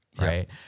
Right